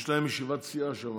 יש להם ישיבת סיעה שם.